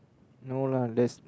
no lah there's